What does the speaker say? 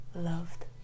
loved